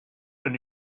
and